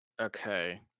Okay